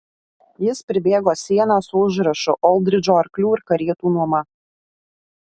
jis pribėgo sieną su užrašu oldridžo arklių ir karietų nuoma